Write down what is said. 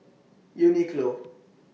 Uniqlo